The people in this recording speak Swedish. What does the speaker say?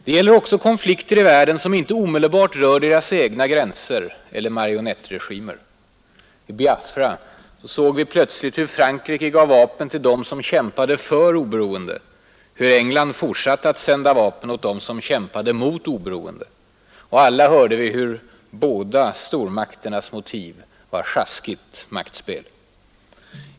Det gäller också konflikter i världen som inte omedelbart rör deras egna gränser eller marionettregimer. I Biafra såg vi plötsligt hur Frankrike gav vapen till dem som kämpade för oberoende, hur England fortsatte att sända vapen åt dem som kämpade mot oberoende, Och alla hörde vi hur båda stormakternas motiv var sjaskigt maktspel.